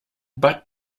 but